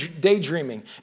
daydreaming